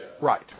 Right